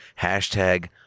hashtag